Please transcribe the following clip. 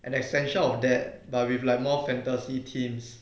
an extension of that but with like more fantasy themes